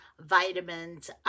vitamins